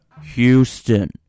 Houston